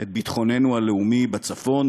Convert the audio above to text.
את ביטחוננו הלאומי בצפון,